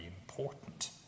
important